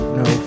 no